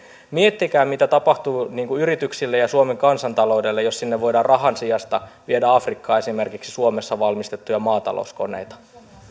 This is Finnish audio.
miettikää mitä tapahtuu yrityksille ja suomen kansantaloudelle jos sinne afrikkaan voidaan rahan sijasta viedä esimerkiksi suomessa valmistettuja maatalouskoneita